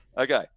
Okay